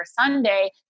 Sunday